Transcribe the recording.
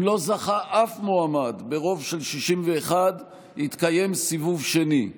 אם לא זכה אף מועמד ברוב של 61, יתקיים סיבוב שני.